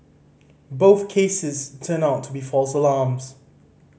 both cases turned out to be false alarms